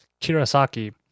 Kirasaki